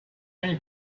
ein